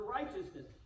righteousness